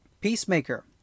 Peacemaker